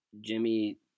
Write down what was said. Jimmy